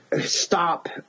stop